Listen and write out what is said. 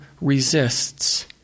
resists